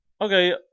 okay